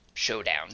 Showdown